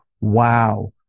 wow